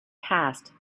passed